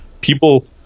People